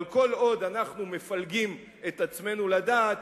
אבל, כל עוד אנחנו מפלגים את עצמנו לדעת,